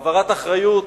העברת אחריות